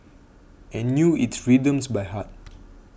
and knew its rhythms by heart